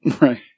right